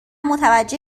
متوجه